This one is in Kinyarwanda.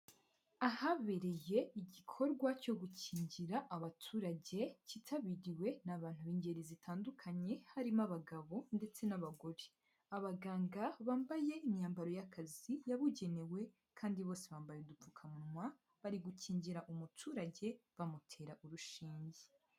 Ahabereye igikorwa cyo gukingira abaturage cyitabiriwe n'abantu b'ingeri zitandukanye harimo abagabo ndetse n'abagore, abaganga bambaye imyambaro y'akazi yabugenewe kandi bose bambaye udupfukamunwa, bari gukingira umuturage bamutera urushinge.